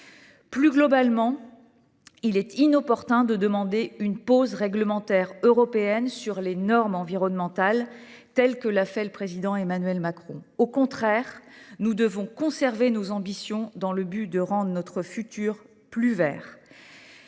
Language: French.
Plus globalement, il est inopportun de demander une pause réglementaire européenne sur les normes environnementales, ainsi que l’a fait le président Emmanuel Macron. Au contraire, nous devons conserver nos ambitions dans le but de rendre notre futur plus vert.